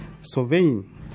surveying